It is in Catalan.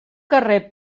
carrer